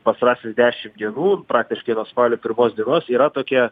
pastarąsias dešim dienų praktiškai nuo spalio pirmos dienos yra tokia